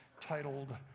titled